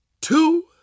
two